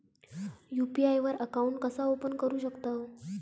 UPI वर account कसा open करू शकतव?